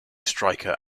striker